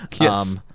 Yes